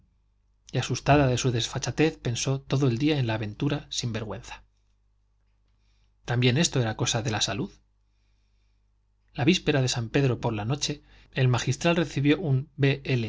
y asustada de su desfachatez pensó todo el día en la aventura sin vergüenza también esto era cosa de la salud la víspera de san pedro por la noche el magistral recibió un b